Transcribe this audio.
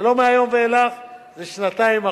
זה לא מהיום ואילך, זה שנתיים אחורה.